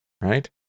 right